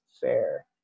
Fair